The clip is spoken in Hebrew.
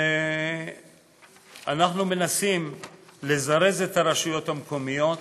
ואנחנו מנסים לזרז את הרשויות המקומיות